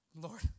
Lord